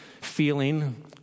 feeling